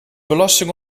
belasting